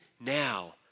now